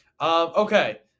Okay